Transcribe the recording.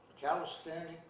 calisthenics